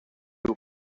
diu